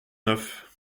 neuf